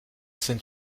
sind